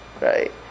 Right